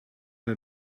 der